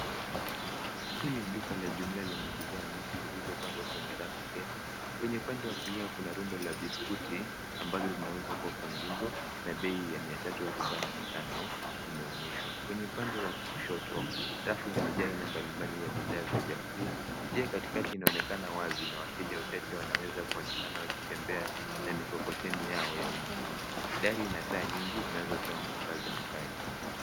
Hili ni duka la jumla lenye bidhaa nyingi zilizopangwa kwenye rafu ndefu. Kwenye upande wa kulia kuna rundo za biskuti ambazo zinauzwa kwa punguzo na bei ya mia tatu arobaini na tano imeonyeshwa. Kwennye upande wa kushoto, rafu zimejaa aina mbalimbali za vyakula. Njia katikati inaonekana wazi na wateja wachache wanaweza kuonekana wakitembea na mikokoteni yao ya ununuzi. Dari ina taa nyingi zinazotoa mwangaza mkali.